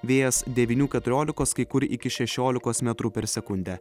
vėjas devynių keturiolikos kai kur iki šešiolikos metrų per sekundę